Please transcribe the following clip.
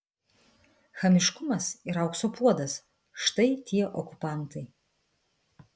chamiškumas ir aukso puodas štai tie okupantai